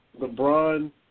LeBron